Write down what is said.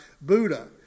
Buddha